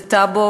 זה טאבו,